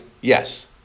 Yes